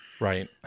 Right